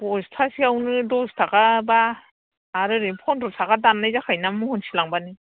बस्थासेयावनो दस थाखा बा आरो ओरै पन्द्र' थाखा दाननाय जाखायो ना महनसे लांब्लानो